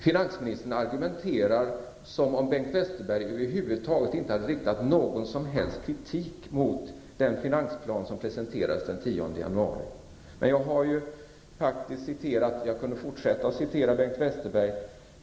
Finansministern argumenterar som om Bengt Westerberg inte alls riktat någon kritik mot den finansplan som presenterades den 10 januari. Jag har dock citerat Bengt Westerberg, och jag kunde fortsätta att göra det.